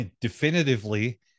definitively